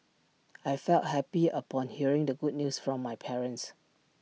I felt happy upon hearing the good news from my parents